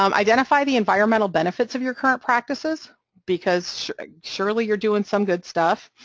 um identify the environmental benefits of your current practices, because surely you're doing some good stuff,